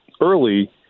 early –